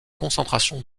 concentration